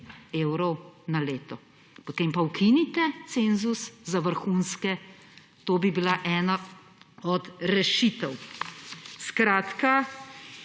evrov na leto. Potem pa ukinite cenzus za vrhunske, to bi bila ena od rešitev. Zelo